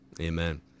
Amen